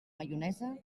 maionesa